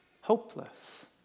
hopeless